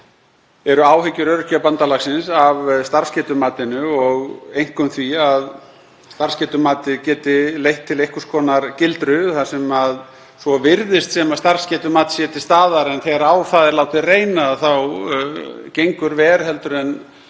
eru áhyggjur Öryrkjabandalagsins af starfsgetumatinu og einkum því að starfsgetumatið geti leitt til einhvers konar gildru þar sem svo virðist sem starfsgetumat sé til staðar en þegar á það er látið reyna þá gengur verr en